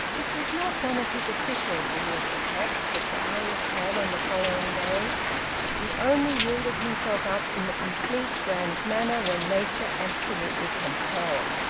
it was not one of his official bilious attacks that darius had on the following day he only yielded himself up in the complete grand manner when nature absolutely compelled.